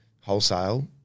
wholesale